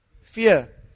fear